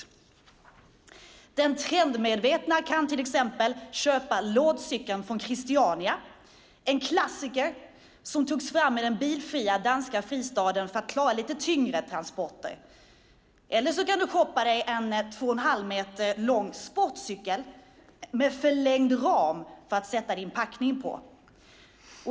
Som den trendmedvetne kan du till exempel köpa lådcykeln från Christiania, en klassiker som togs fram i den bilfria danska fristaden för att klara lite tyngre transporter. Eller också kan du shoppa en två och en halv meter lång sportcykel med förlängd ram att sätta din packning på.